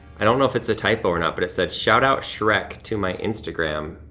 i don't know if it's a typo or not, but it said, shout-out shrek to my instagram.